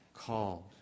called